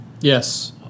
Yes